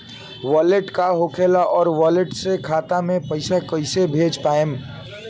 Wallet का होखेला और वैलेट से खाता मे पईसा कइसे भेज पाएम?